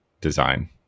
design